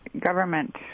government